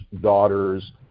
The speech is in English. daughters